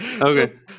Okay